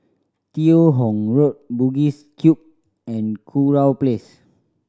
Teo Hong Road Bugis Cube and Kurau Pace